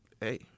Hey